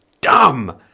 dumb